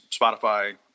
Spotify